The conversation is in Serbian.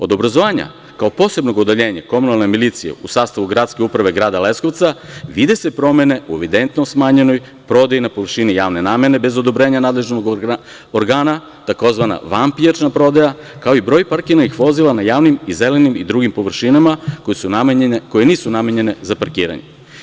Od obrazovanja kao posebnog odeljenja komunalne milicije u sastavu Gradske uprave grada Leskovca vide se promene u evidentno smanjenoj prodaji na površini javne namene bez odobrenja nadležnog organa, tzv. vanpijačna prodaja, kao i broj parkiranih vozila na javnim, zelenim i drugim površinama koje nisu namenjene za parkiranje.